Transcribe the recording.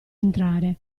entrare